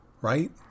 Right